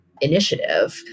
initiative